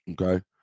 Okay